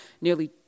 nearly